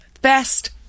Best